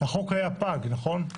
החוק היה פג, נכון?